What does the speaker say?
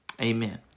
amen